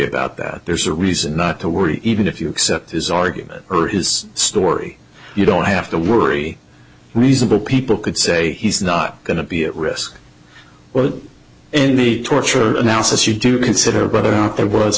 about that there's a reason not to worry even if you accept his argument or his story you don't have to worry reasonable people could say he's not going to be at risk in the torture analysis you do consider but i doubt there was